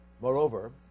Moreover